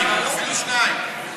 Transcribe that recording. אפילו שניים.